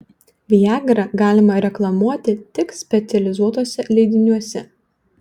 viagrą galima reklamuoti tik specializuotuose leidiniuose